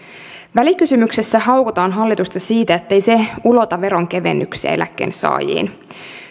välikysymyksessä haukutaan hallitusta siitä ettei se ulota veronkevennyksiä eläkkeensaajiin